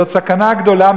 זו סכנה גדולה.